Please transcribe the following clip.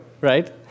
Right